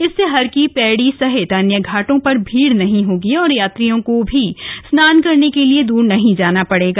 इससे हर की पैड़ी सहित अन्य घाटों पर भीड़ नहीं होगी और यात्रियों को भी स्नान करने के लिए दूर नहीं जाना पड़ेगा